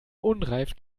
unreif